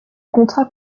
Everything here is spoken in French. contrat